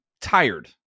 tired